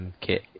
kit